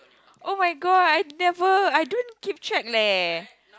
oh-my-god I never I don't keep track leh